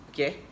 Okay